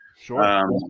Sure